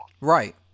Right